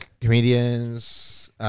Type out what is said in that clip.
comedians